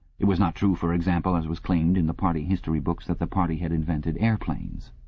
it was not true, for example, as was claimed in the party history books, that the party had invented aeroplanes.